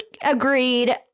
agreed